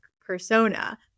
persona